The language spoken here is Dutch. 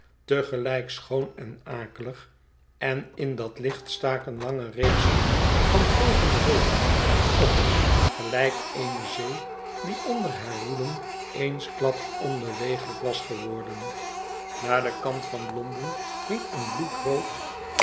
gelijk schoon en akelig en in dat licht staken lange reeksen van golvende wolken op gelijk eene zee die onder haar woelen eensklaps onbeweeglijk was geworden naar den kant van londen hing een